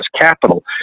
capital